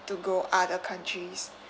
to go other countries